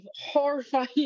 horrifying